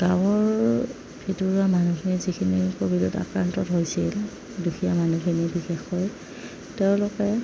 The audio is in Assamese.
গাঁৱৰ ভিতৰুৱা মানুহখিনি যিখিনি ক'ভিডত আক্ৰান্ত হৈছিল দুখীয়া মানুহখিনি বিশেষকৈ তেওঁলোকে